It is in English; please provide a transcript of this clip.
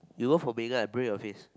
you go for Megan I break your face